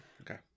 Okay